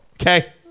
Okay